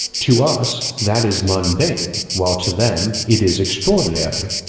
to us that is mundane while to them it is extraordinary,